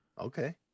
okay